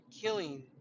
killing